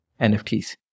NFTs